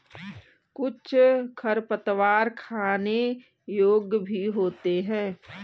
कुछ खरपतवार खाने योग्य भी होते हैं